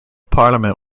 parliament